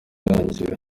rwirangira